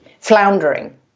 floundering